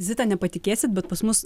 zita nepatikėsit bet pas mus